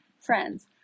friends